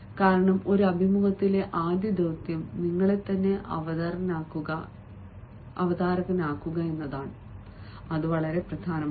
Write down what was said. കാരണം ഒരു അഭിമുഖത്തിലെ ആദ്യ ദൌത്യം നിങ്ങളെത്തന്നെ അവതാരകനാക്കുക എന്നതാണ് അത് വളരെ പ്രധാനമാണ്